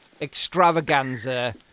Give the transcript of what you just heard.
extravaganza